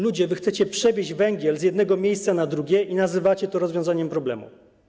Ludzie, wy chcecie przewieźć węgiel z jednego miejsca na drugie i nazywacie to rozwiązaniem problemu.